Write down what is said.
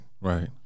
Right